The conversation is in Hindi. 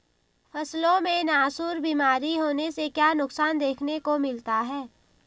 फसलों में नासूर बीमारी होने से क्या नुकसान देखने को मिलता है?